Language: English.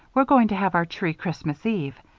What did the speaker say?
we're going to have our tree christmas eve,